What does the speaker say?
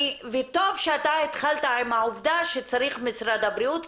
וטוב שאתה התחלת עם העובדה לגבי משרד הבריאות.